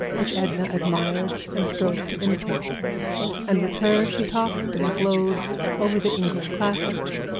which edna admired and strove to imitate and with her she talked and glowed over the english classics,